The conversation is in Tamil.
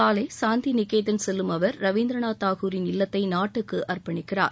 காலை சாந்தி நிகேதன் செல்லும் அவர் ரவீந்திரநாத் தாகூரின் இல்லத்தை நாட்டுக்கு அர்ப்பணிக்கிறார்